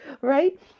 right